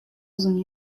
uzun